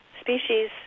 species